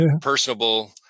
personable